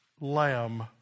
lamb